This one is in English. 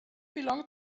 belong